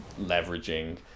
leveraging